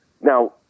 Now